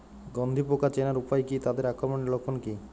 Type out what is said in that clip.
গন্ধি পোকা চেনার উপায় কী তাদের আক্রমণের লক্ষণ কী?